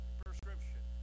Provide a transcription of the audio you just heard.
prescription